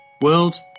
World